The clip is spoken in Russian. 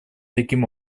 таким